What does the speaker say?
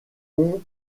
ont